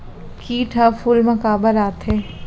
किट ह फूल मा काबर आथे?